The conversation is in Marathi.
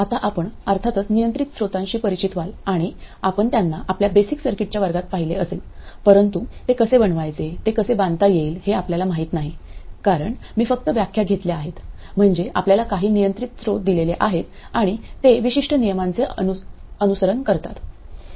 आता आपण अर्थातच नियंत्रित स्त्रोतांशी परिचित व्हाल आणि आपण त्यांना आपल्या बेसिक सर्किटच्या वर्गात पाहिले असेल परंतु ते कसे बनवायचे ते कसे बांधता येईल हे आपल्याला माहित नाही कारण मी फक्त व्याख्या घेतल्या आहेतम्हणजे आपल्याला काही नियंत्रित स्त्रोत दिलेले आहेत आणि ते विशिष्ट नियमांचे अनुसरण करतात